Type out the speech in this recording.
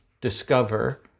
discover